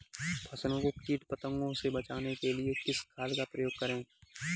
फसलों को कीट पतंगों से बचाने के लिए किस खाद का प्रयोग करें?